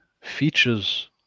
features